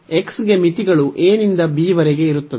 x ಗೆ ಮಿತಿಗಳು a ನಿಂದ b ವರೆಗೆ ಇರುತ್ತದೆ